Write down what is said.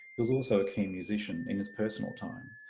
he was also a keen musician in his personal time.